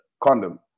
condom